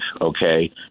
okay